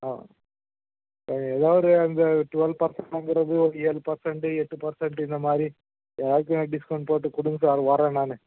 ஆ எதோ ஒரு அந்த ட்வெல் பர்சண்ட்டுங்குறது ஒரு ஏழு பர்சண்ட்டு எட்டு பர்சண்ட்டு இந்தமாதிரி ஏதாவது கொஞ்சம் டிஸ்கௌண்ட் போட்டு கொடுங்க சார் வரேன் நான்